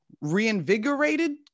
reinvigorated